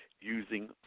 using